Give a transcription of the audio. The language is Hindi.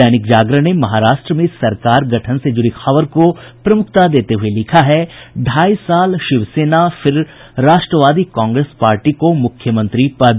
दैनिक जागरण ने महाराष्ट्र में सरकार गठन से जुड़ी खबर को प्रमुखता देते हुये लिखा है ढ़ाई साल शिवसेना फिर राष्ट्रवादी कांग्रेस पार्टी को मुख्यमंत्री पद